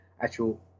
actual